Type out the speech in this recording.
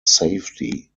safety